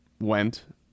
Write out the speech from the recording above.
went